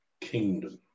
kingdom